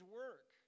work